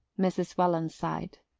mrs. welland sighed.